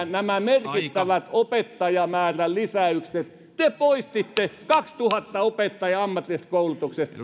nämä merkittävät opettajamäärälisäykset te poistitte kaksituhatta opettajaa ammatillisesta koulutuksesta